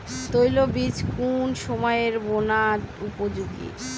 তৈলবীজ কোন সময়ে বোনার উপযোগী?